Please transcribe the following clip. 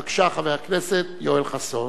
בבקשה, חבר הכנסת יואל חסון.